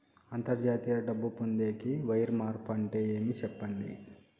అంతర్జాతీయ డబ్బు పొందేకి, వైర్ మార్పు అంటే ఏమి? సెప్పండి?